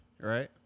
right